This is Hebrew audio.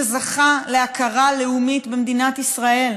שזכה להכרה לאומית במדינת ישראל,